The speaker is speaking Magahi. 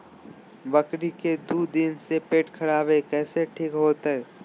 बकरी के दू दिन से पेट खराब है, कैसे ठीक होतैय?